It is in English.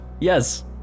yes